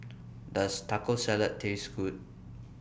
Does Taco Salad Taste Good